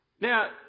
Now